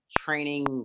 training